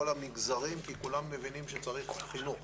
המגזרים כי כולם מבינים שצריך את החינוך.